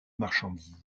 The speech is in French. marchandise